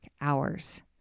hours